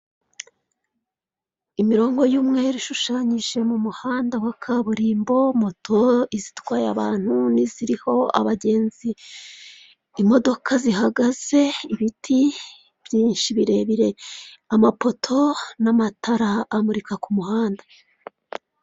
Imirongo y'umweru ishushanyije mu muhanda wa kaburimbo, moto, izitwaye abantu n'iziriho abagenzi. Imodoka zihagaze, ibiti byinshi birebire, amapoto n'amatara amurika ku muhanda.